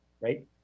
right